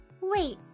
Wait